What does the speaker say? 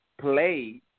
play